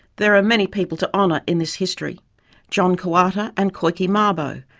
there are many people to honour in this history john koowarta and koiki mabo,